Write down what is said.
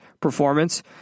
performance